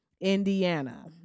indiana